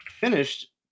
finished